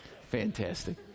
Fantastic